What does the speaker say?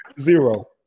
zero